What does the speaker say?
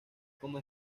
como